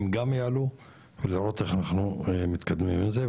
הם גם יעלו לראות איך אנחנו מתקדמים עם זה.